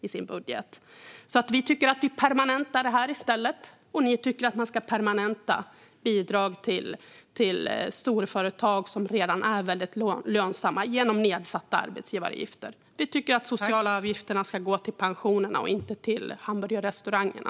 Vi tycker att vi i stället ska permanenta det andra. Ni tycker att man ska permanenta bidrag till storföretag som redan är väldigt lönsamma, genom nedsatta arbetsgivaravgifter. Vi tycker att sociala avgifter ska gå till pensionerna och inte till hamburgerrestaurangerna.